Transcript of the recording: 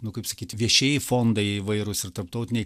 nu kaip sakyti viešieji fondai įvairūs ir tarptautiniai